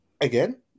again